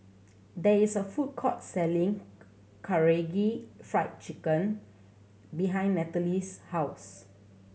there is a food court selling Karaage Fried Chicken behind Nathaly's house